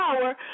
power